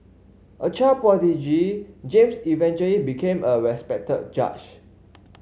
a child prodigy James eventually became a respected judge